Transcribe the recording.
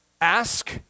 Ask